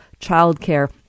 childcare